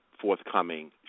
forthcoming